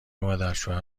مادرشوهر